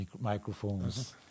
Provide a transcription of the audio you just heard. microphones